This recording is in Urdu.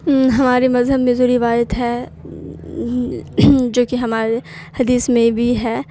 ہمارے مذہب میں جو روایت ہے جو کہ ہمارے حدیث میں بھی ہے